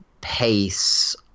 pace